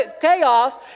chaos